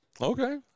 Okay